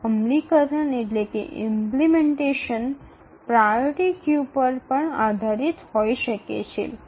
એક અમલીકરણ priority queue પર પણ આધારિત હોઈ શકે છે